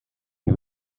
you